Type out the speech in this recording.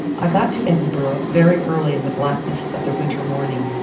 i got to edinburgh very early in the blackness of the winter morning,